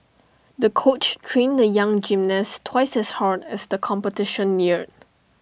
the coach trained the young gymnast twice as hard as the competition neared